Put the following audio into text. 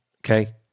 okay